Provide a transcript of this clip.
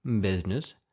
business